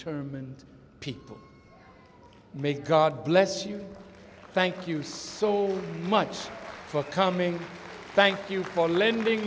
determined people make god bless you thank you so much for coming thank you for lending